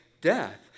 death